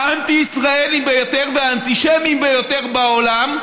האנטי-ישראליים ביותר והאנטישמיים ביותר בעולם,